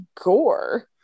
gore